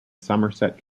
somerset